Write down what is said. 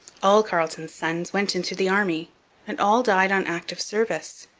all carleton's sons went into the army and all died on active service.